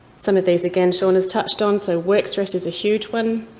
some of these, again, seana has touched on. so work stress is a huge one.